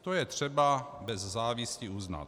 To je třeba bez závisti uznat.